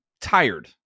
tired